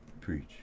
preach